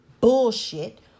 bullshit